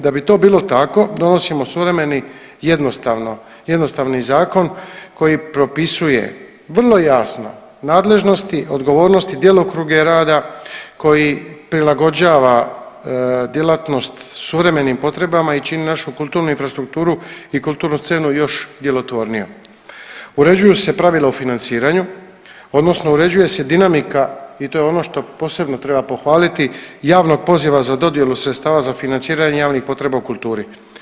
Da bi to bilo tako donosimo suvremeni jednostavno, jednostavni zakon koji propisuje vrlo jasno nadležnosti, odgovornosti i djelokruge rada koji prilagođava djelatnost suvremenim potrebama i čini našu kulturnu infrastrukturu i kulturnu scenu još djelotvornijom, uređuju se pravila u financiranju odnosno uređuje se dinamika i to je ono što posebno treba pohvaliti javnog poziva za dodjelu sredstava za financiranje javnih potreba u kulturi.